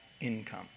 income